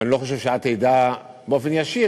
ואני לא חושב שאת עדה באופן ישיר,